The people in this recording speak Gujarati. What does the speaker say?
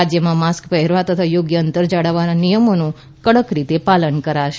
રાજ્યમાં માસ્ક પહેરવા તથા યોગ્ય અંતર જાળવવાના નિયમોનું કડક રીતે પાલન કરાશે